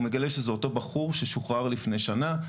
הוא מגלה שזה אותו בחור ששוחרר לפני שנה.